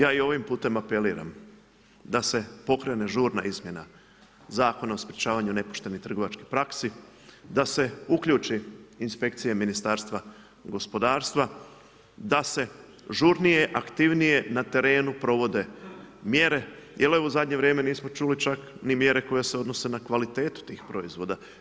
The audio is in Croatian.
Ja i ovim putem apeliram, da se pokrene žurna izmjena Zakona o sprječavanju nepoštenih trgovačkih praksi, da se uključi inspekcija Ministarstva gospodarstva, da se žurnije, aktivnije, na terenu, provode mjere, jer evo u zadnje vrijeme nismo čuli čak ni mjere koji se odnose na kvalitetu t ih proizvoda.